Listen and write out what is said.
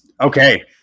Okay